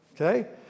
okay